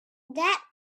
that